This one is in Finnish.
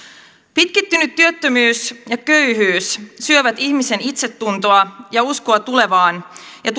pitkittynyt työttömyys ja köyhyys syövät ihmisen itsetuntoa ja uskoa tulevaan ja